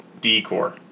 decor